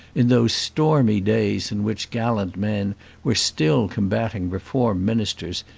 in those stormy days in which gallant men were still combatting reform ministers,